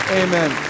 amen